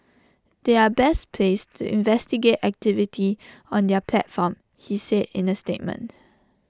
they are best placed to investigate activity on their platform he said in A statement